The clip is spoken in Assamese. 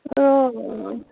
অ' অঁ